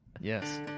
Yes